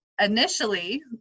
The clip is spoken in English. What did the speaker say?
initially